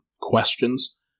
questions